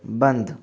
बंद